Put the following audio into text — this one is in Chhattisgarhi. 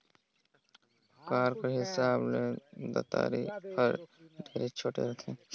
अकार कर हिसाब ले दँतारी हर ढेरे छोटे रहथे